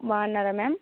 బాగున్నారా మ్యామ్